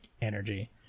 energy